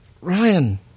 ryan